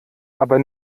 aber